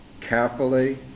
carefully